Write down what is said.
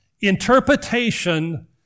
Interpretation